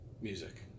music